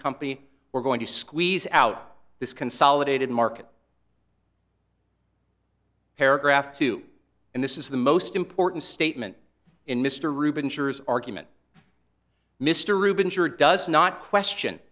company we're going to squeeze out this consolidated market paragraph two and this is the most important statement in mr rubin sure's argument mr rubin sure does not question